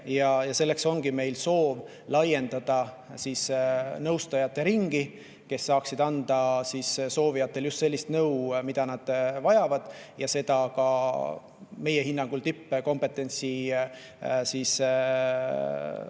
selleks ongi meil soov laiendada nende nõustajate ringi, kes saaksid anda soovijatele just sellist nõu, mida nad vajavad, ja seda meie hinnangul ka tippkompetentsi määral.